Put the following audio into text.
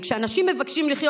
כשאנשים מבקשים לחיות,